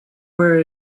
where